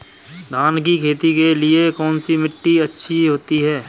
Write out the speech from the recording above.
धान की खेती के लिए कौनसी मिट्टी अच्छी होती है?